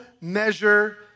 measure